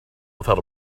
without